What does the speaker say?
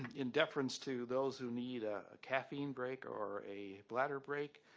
in deference to those who need a caffeine break or a bladder break,